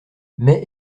mais